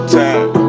time